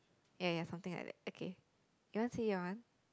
ya ya something like that okay you want to say your one